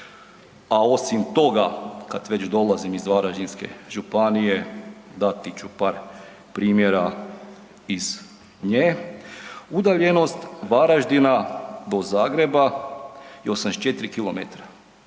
a osim toga kad već dolazim iz Varaždinske županije, dati ću par primjera iz nje. Udaljenost Varaždina do Zagreba je 84